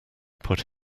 put